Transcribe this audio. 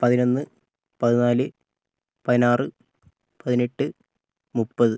പതിനൊന്ന് പതിനാല് പതിനാറ് പതിനെട്ട് മുപ്പത്